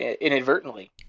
inadvertently